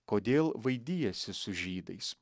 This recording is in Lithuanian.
kodėl vaidijasi su žydais